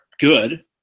good